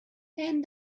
and